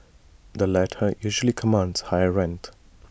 the latter usually commands higher rent